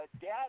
dad